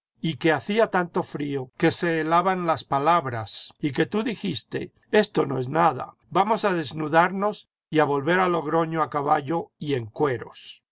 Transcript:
y que hacía tanto frío que se helaban las palabras y que tú dijiste esto no es nada vamos a desnudarnos y a volver a logroño a caballo y en cueros